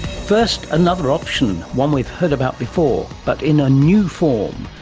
first another option, one we've heard about before, but in a new form.